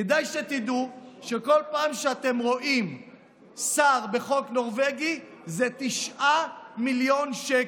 כדאי שתדעו שכל פעם שאתם רואים שר בחוק הנורבגי זה 9 מיליון שקל.